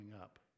up